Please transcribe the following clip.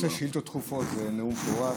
בנושא שאילתות דחופות זה נאום בכורה.